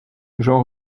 jean